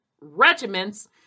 regiments